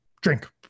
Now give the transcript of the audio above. drink